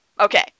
okay